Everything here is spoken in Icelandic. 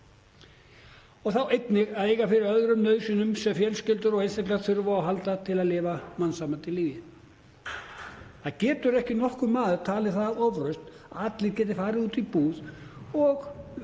Og það á einnig að eiga fyrir öðrum nauðsynjum sem fjölskyldur og einstaklingar þurfa á að halda til að lifa mannsæmandi lífi. Það getur ekki nokkur maður talið það ofrausn að allir geti farið út í búð og